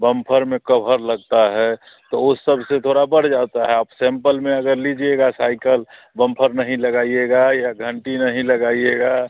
bumper में cover लगता है तो उन सब से थोड़ा बढ़ जाता है आप सैंपल में अगर लीजिएगा साइकल बम्फर नहीं लगाइएगा या घंटी नहीं लगाइएगा